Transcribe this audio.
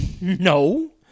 no